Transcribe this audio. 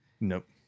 Nope